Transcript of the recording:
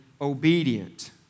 obedient